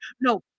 no